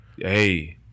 Hey